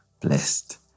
Blessed